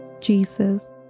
Jesus